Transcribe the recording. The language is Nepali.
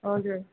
हजुर